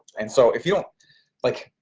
and so, if you don't, like